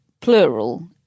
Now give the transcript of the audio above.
plural